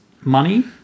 money